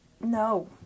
No